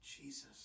Jesus